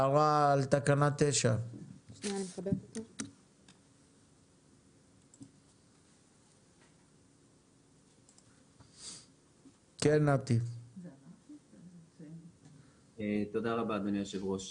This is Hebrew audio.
הערה על תקנה 9. תודה רבה אדוני יושב הראש.